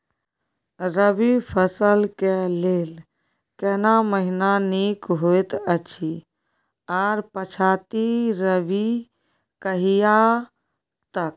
रबी फसल के लेल केना महीना नीक होयत अछि आर पछाति रबी कहिया तक?